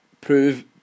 prove